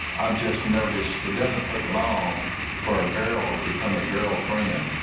i've just noticed it doesn't take long for a girl to become a girlfriend.